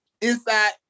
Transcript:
inside